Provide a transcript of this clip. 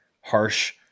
harsh